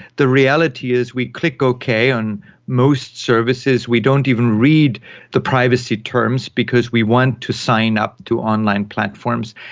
the reality is we click okay on most services, we don't even read the privacy terms because we want to sign up to online platforms,